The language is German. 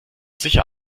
sicher